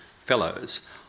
Fellows